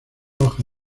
hoja